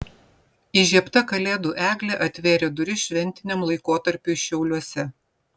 įžiebta kalėdų eglė atvėrė duris šventiniam laikotarpiui šiauliuose